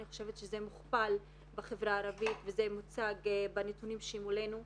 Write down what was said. אני חושבת שזה מוכפל בחברה הערבית וזה מוצג בנתונים שמולנו.